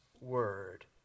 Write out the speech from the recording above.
word